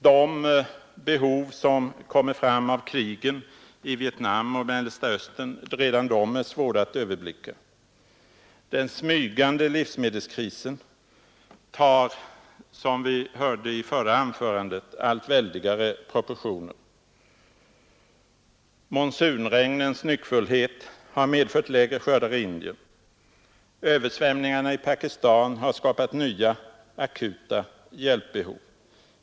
Redan de behov som följer av krigen i Vietnam och Mellersta Östern är svåra att överblicka. Den smygande livsmedelskrisen tar, som vi hörde i det förra anförandet, allt väldigare proportioner. Monsunregnens nyckfullhet har medfört lägre skördar i Indien. Översvämningarna i Pakistan har skapat nya akuta hjälpbehov.